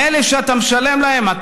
באלה שאתה משלם להם,